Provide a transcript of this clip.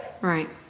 Right